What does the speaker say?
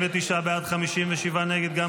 49 בעד, 57 נגד.